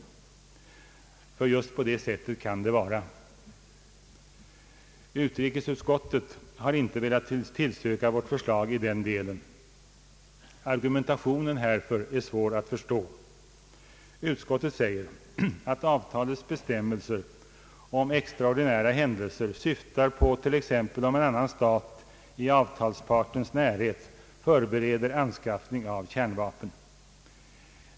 Just på det sättet kan det vara. Utrikesutskottet har inte velat till styrka vårt förslag i den delen. Argumentationen härför är svår att förstå. Utskottet säger att avtalets bestämmelser om extraordinära händelser syftar på t.ex. att en annan stat i avtalspartens närhet förbereder anskaffning av kärnvapen.